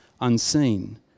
unseen